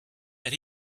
that